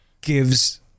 gives